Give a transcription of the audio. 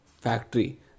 factory